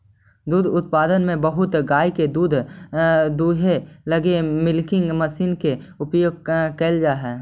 दुग्ध उत्पादन में बहुत गाय के दूध दूहे लगी मिल्किंग मशीन के उपयोग कैल जा हई